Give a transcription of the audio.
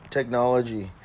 Technology